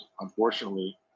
unfortunately